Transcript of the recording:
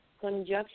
conjunction